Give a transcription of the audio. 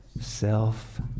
self